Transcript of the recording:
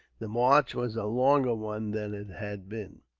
the march was a longer one than it had been,